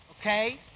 Okay